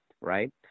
right